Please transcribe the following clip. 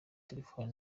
telefoni